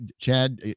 Chad